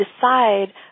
decide